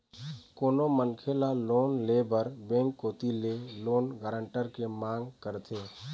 कोनो मनखे ल लोन ले बर बेंक कोती ले लोन गारंटर के मांग करथे